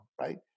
right